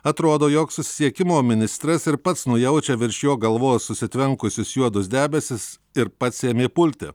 atrodo jog susisiekimo ministras ir pats nujaučia virš jo galvos susitvenkusius juodus debesis ir pats ėmė pulti